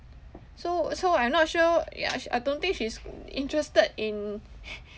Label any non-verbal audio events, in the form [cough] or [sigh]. so so I'm not sure ya sh~ I don't think she's [noise] interested in